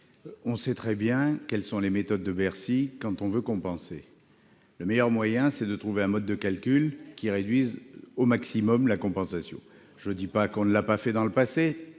savons très bien quelles sont les méthodes de Bercy quand on veut compenser. Le meilleur moyen, pour Bercy, est de trouver un mode de calcul qui réduise au maximum la compensation. Je ne dis pas qu'on ne l'a pas fait dans le passé